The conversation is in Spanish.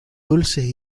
dulces